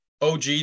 OG